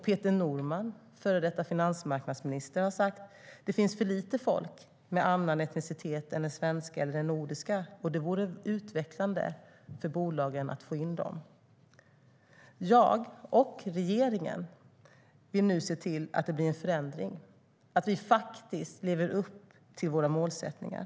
Peter Norman, före detta finansmarknadsminister, har sagt: Det finns för lite folk med annan etnicitet än den svenska eller den nordiska, och det vore utvecklande för bolagen att få in dem. Jag och regeringen vill nu se till att det blir en förändring så att vi lever upp till våra målsättningar.